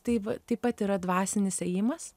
tai va taip pat yra dvasinis ėjimas